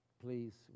Please